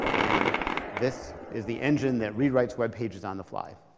and this is the engine that rewrites webpages on the fly.